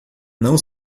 não